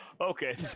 okay